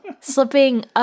slipping